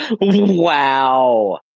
Wow